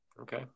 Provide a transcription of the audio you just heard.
Okay